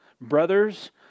brothers